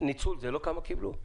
ניצול זה לא כמה קיבלו?